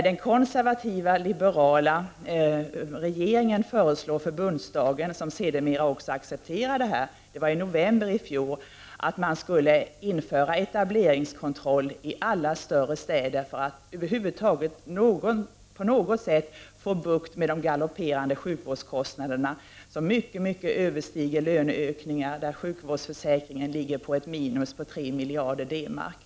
Den konservativa-liberala regeringen föreslog förbundsdagen i november i fjol att etableringskontroll skulle införas i alla större städer för att på något sätt få bukt med de galopperande sjukvårdskostnaderna, vilkas ökning mycket överstiger löneökningarna. Sjukvårdsförsäkringen har ett minus om 3 miljarder D-mark.